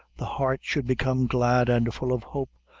the heart should become glad and full of hope,